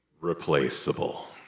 replaceable